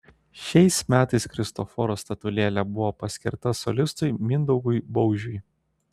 šiais metais kristoforo statulėlė buvo paskirta solistui mindaugui baužiui